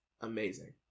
amazing